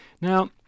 Now